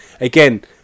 again